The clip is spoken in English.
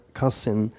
cousin